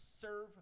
Serve